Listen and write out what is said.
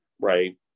right